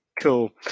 Cool